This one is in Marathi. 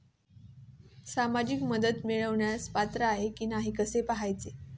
सामाजिक मदत मिळवण्यास पात्र आहे की नाही हे कसे पाहायचे?